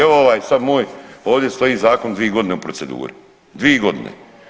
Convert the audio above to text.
Evo ovaj sad moj ovdje stoji zakon dvi godine u proceduri, dvi godine.